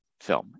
film